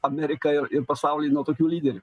ameriką ir ir pasaulį nuo tokių lyderių